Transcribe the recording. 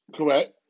Correct